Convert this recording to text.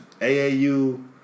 aau